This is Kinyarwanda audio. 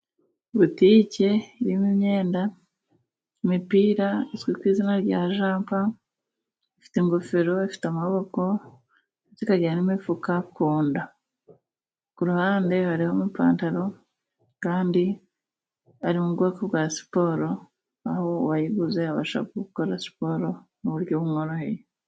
Butike irimo imyenda: imipira izwi ku izina rya jampa, ifite ingofero, ifite amaboko, ndetse ikagira n'imifuka ku nda. Ku ruhande hariho ipantaro kandi iri mu bwoko bwa siporo, aho uwayiguze abasha gukora siporo mu buryo bumworoheye.